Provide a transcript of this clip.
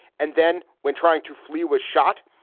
and then when trying to flee, was shot.